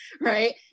right